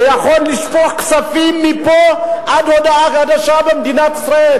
שיכול לשפוך כספים מפה ועד להודעה חדשה במדינת ישראל